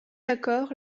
accord